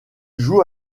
joue